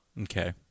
okay